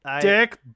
dick